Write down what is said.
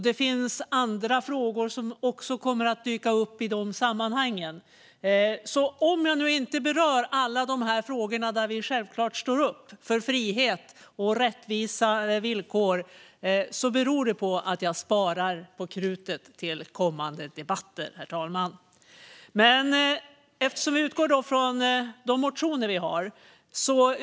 Det finns andra frågor som också kommer att dyka upp i de sammanhangen. Om jag nu inte berör alla de frågor där vi självklart står upp för frihet och rättvisa villkor beror det på att jag sparar på krutet till kommande debatter, herr talman. Vi utgår ju från de motioner vi har.